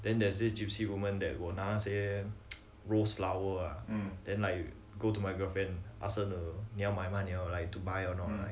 then there's this gypsies women that will 拿那些 rose flower ah then like go to my girlfriend ask her 的你要买吗你要 like to buy or not like